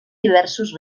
diversos